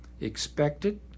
expected